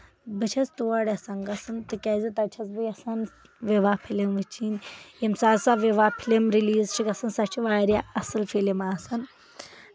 بہٕ چھَس تور یٚژھان گژھُن تِکیٚازِ تَتہِ چھَس بہٕ یژھان وِواہ فِلم وٕچھِنۍ ییٚمہِ ساتہٕ سۄ وِواہ فِلم رلیٖز چھےٚ گژھان سۄ چھےٚ واریاہ اَصٕل فِلم آسان